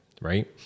Right